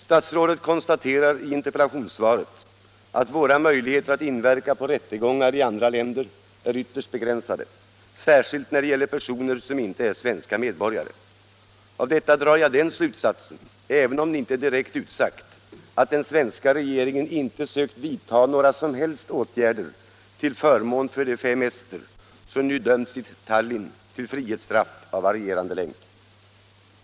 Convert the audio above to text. Statsrådet konstaterar i interpellationssvaret att våra möjligheter att inverka på rättegångar i andra länder är ytterst begränsade, särskilt när det gäller personer som inte är svenska medborgare. Av detta drar jag den slutsatsen, även om det inte är direkt utsagt, att den svenska regeringen inte sökt vidta några som helst åtgärder till förmån för de fem ester som nu dömts i Tallinn till frihetsstraff av varierande längd.